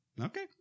Okay